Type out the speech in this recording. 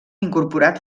incorporat